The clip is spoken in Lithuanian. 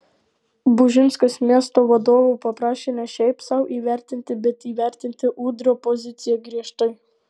bužinskas miesto vadovų paprašė ne šiaip sau įvertinti bet įvertinti udrio poziciją griežtai